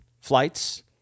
flights